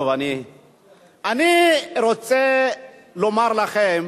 אני רוצה לומר לכם